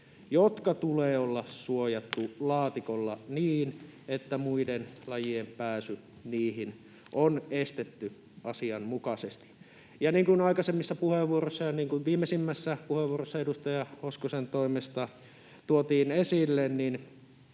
jotka tulee olla suojattu laatikolla niin, että muiden lajien pääsy niihin on estetty asianmukaisesti. Ja niin kuin aikaisemmissa puheenvuoroissa ja niin kuin viimeisimmässä puheenvuorossa edustaja Hoskosen toimesta tuotiin esille, niin